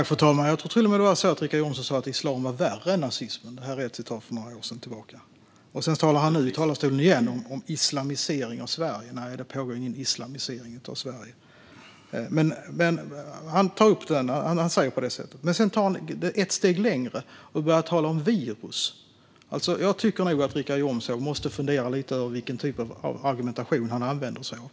Fru talman! Jag tror till och med att Richard Jomshof sa att islam är värre än nazismen. Citatet är några år gammalt. Nu står han återigen i talarstolen och talar om islamisering av Sverige. Nej, det pågår ingen islamisering av Sverige. Han säger dock så. Men sedan går han ett steg längre och talar om virus. Jag tycker nog att Richard Jomshof behöver fundera lite över vilken typ av argumentation han använder sig av.